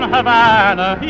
Havana